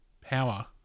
power